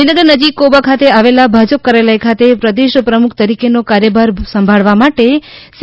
ગાંધીનગર નજીક કોબા ખાતે આવેલા ભાજપ કાર્યાલય ખાતે પ્રદેશ પ્રમુખ તરીકે નો કાર્યભાર સાંભળવા માટે સી